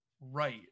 right